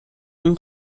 این